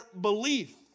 belief